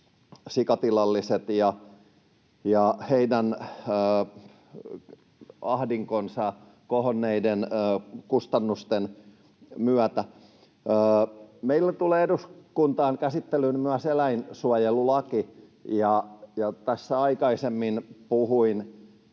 sikatilalliset ja heidän ahdinkonsa kohonneiden kustannusten myötä. Meille tulee eduskuntaan käsittelyyn myös eläinsuojelulaki, ja tässä aikaisemmin puhuin